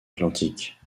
atlantique